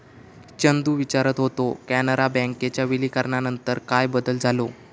चंदू विचारत होतो, कॅनरा बँकेच्या विलीनीकरणानंतर काय बदल झालो?